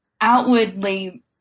outwardly